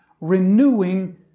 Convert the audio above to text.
renewing